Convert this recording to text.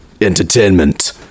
entertainment